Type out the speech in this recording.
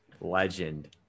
Legend